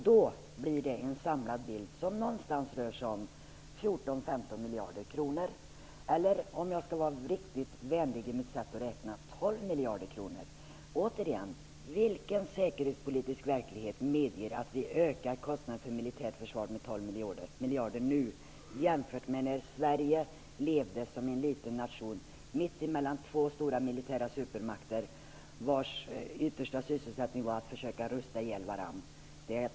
Då blir den samlade bilden att det rör sig om 14-15 miljarder kronor eller, om jag skall vara riktigt vänlig i mitt sätt att räkna, 12 Återigen: Vilken säkerhetspolitisk verklighet medger att vi nu ökar kostnaderna för militärt försvar med 12 miljarder när Sverige som en liten nation har levt mitt emellan två stora militära supermakter, vars yttersta sysselsättning var att försöka rusta ihjäl varandra?